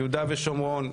יהודה ושומרון,